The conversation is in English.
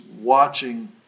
watching